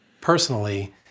personally